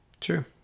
true